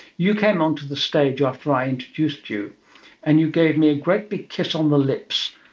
you came onto the stage after i introduced you and you gave me a great big kiss on the lips,